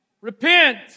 Repent